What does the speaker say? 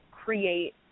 Create